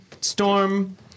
storm